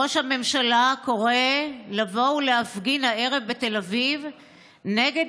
ראש הממשלה קורא לבוא ולהפגין הערב בתל אביב נגד